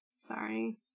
Sorry